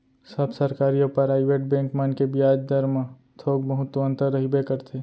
सब सरकारी अउ private bank मन के बियाज दर म थोक बहुत तो अंतर रहिबे करथे